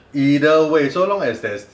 either way so long as there's